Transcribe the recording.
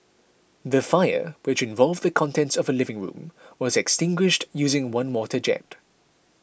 the fire which involved the contents of a living room was extinguished using one water jet